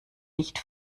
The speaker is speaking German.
nicht